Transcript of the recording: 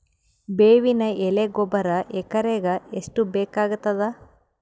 ಬೇವಿನ ಎಲೆ ಗೊಬರಾ ಎಕರೆಗ್ ಎಷ್ಟು ಬೇಕಗತಾದ?